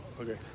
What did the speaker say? Okay